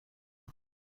آید